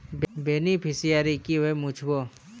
Beneficiary কিভাবে মুছব?